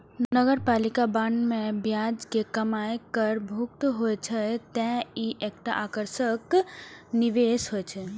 नगरपालिका बांड मे ब्याज के कमाइ कर मुक्त होइ छै, तें ई एकटा आकर्षक निवेश होइ छै